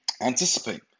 anticipate